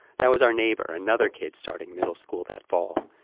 that was our neighbor, another kid starting middle school that fall.